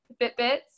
Fitbits